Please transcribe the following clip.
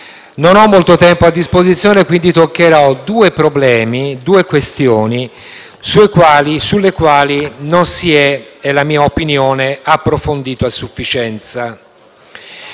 Non ho molto tempo a disposizione, quindi toccherò due problemi e due questioni sui quali non si è, secondo la mia opinione, approfondito a sufficienza.